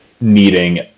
needing